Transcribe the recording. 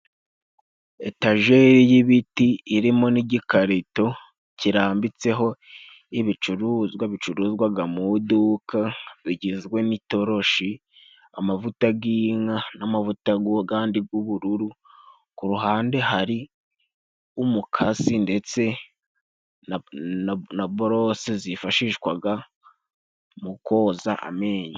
Etajeri y'ibiti irimo n'igikarito kirambitseho ibicuruzwa bicuruzwa mu iduka bigizwe n'itoroshi, amavuta yinka, n'amavuta yandi y'ubururu, ku ruhande hari umukasi ndetse na borose zifashishwa mu koza amenyo.